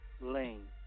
lane